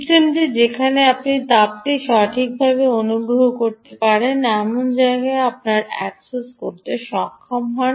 সিস্টেমটি যেখানে আপনি তাপটি সঠিকভাবে অনুভব করতে পারেন এমন জায়গায় আপনি অ্যাক্সেস করতে সক্ষম হন